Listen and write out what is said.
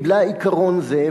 קיבלה עיקרון זה,